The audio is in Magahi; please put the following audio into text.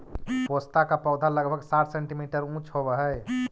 पोस्ता का पौधा लगभग साठ सेंटीमीटर ऊंचा होवअ हई